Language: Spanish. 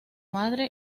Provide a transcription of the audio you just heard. madre